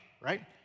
right